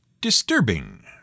disturbing